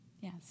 yes